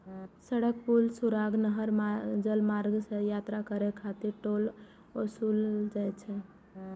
सड़क, पुल, सुरंग, नहर, जलमार्ग सं यात्रा करै खातिर टोल ओसूलल जाइ छै